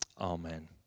Amen